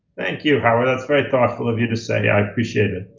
thank you, howard, that's very thoughtful of you to say. i appreciate it.